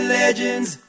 legends